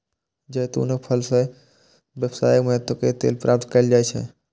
जैतूनक फल सं व्यावसायिक महत्व के तेल प्राप्त कैल जाइ छै